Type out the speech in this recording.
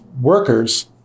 workers